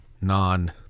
non